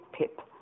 Pip